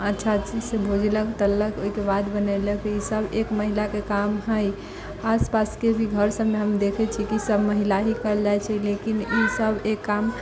अच्छा से भुजलक तललक ओहिके बाद बनेलक ईसभ एक महिलाके काम हइ आस पासके भी घर सभमे हम देखै छी कि सभ महिला ही कयल जाइ छै लेकिन इसभ एक काम